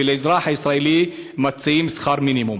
ולאזרח הישראלי מציעים שכר מינימום,